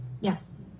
Yes